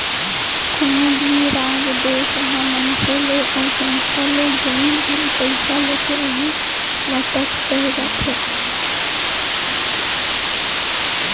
कोनो भी राज, देस ह मनसे ले अउ संस्था ले जेन भी पइसा लेथे वहीं ल टेक्स कहे जाथे